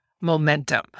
momentum